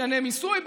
בענייני מיסוי,